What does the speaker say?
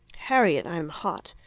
harriet, i am hot.